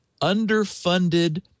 underfunded